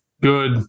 good